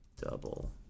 double